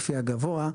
לפי הגבוה,